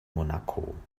monaco